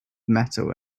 metal